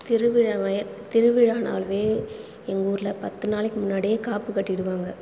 திருவிழாவே திருவிழானாவே எங்கூர்ல பத்து நாளைக்கு முன்னாடியே காப்பு கட்டிடுவாங்கள்